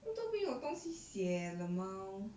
都没有东西写 LMAO